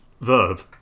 verb